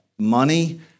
money